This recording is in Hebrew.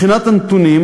2. מבחינת הנתונים,